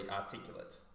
articulate